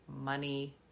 money